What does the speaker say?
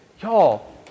y'all